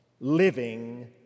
living